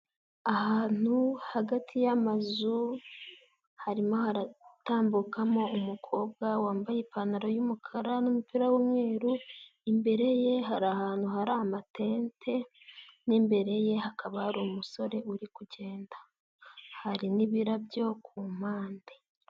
Ahantu hagati y'amazu harimo haratambukamo umukobwa wambaye ipantaro y'umukara n'umupira w'umweru, imbere ye hari ahantu hari amatente n'imbere ye hakaba hari umusore uri kugenda, hari n'ibirabyo ku mpande.